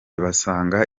basanga